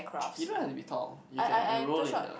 you don't have to be tall you can enroll in a